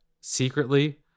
secretly